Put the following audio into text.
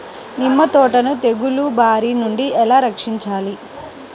నిమ్మ తోటను తెగులు బారి నుండి ఎలా రక్షించాలి?